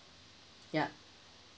yup